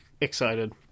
excited